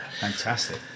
Fantastic